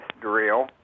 drill